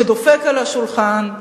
שדופק על השולחן.